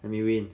any win